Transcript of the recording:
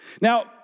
now